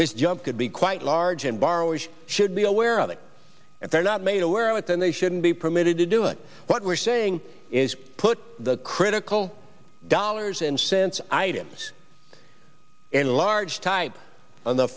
this jump could be quite large and borrowers should be aware of it if they're not made aware of it then they shouldn't be permitted to do it what we're saying is put the critical dollars and cents items in large type on the